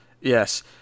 Yes